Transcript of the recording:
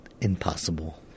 impossible